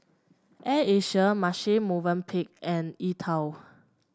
Air Asia Marche Movenpick and E TWOW